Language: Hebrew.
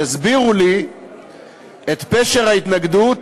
יסבירו לי את פשר ההתנגדות